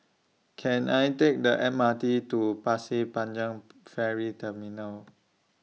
Can I Take The M R T to Pasir Panjang Ferry Terminal